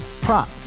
Prop